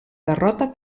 derrota